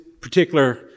particular